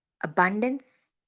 abundance